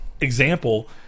example